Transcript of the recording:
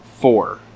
four